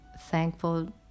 thankful